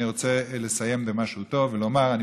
אני רוצה לסיים במשהו טוב ולומר שאני